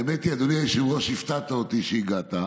האמת היא, אדוני היושב-ראש, הפתעת אותי שהגעת,